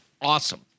awesome